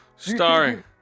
Starring